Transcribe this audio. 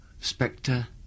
Spectre